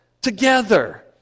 together